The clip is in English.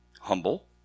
humble